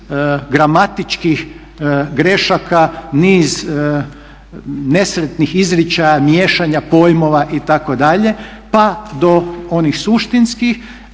niz gramatičkih grešaka, niz nesretnih izričaja, miješanja pojmova itd., pa do onih suštinskih.